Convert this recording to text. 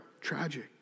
tragic